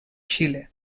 xile